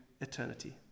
eternity